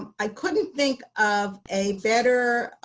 i couldn't think of a better